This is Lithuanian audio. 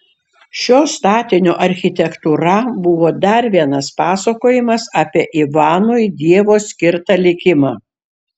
šio statinio architektūra buvo dar vienas pasakojimas apie ivanui dievo skirtą likimą